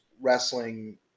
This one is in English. wrestling